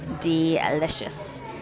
delicious